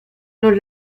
los